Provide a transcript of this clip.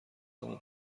همان